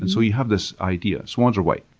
and so you have this idea swans are white.